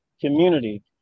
community